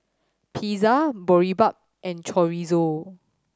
Pizza Boribap and Chorizo